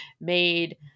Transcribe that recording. made